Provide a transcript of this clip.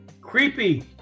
creepy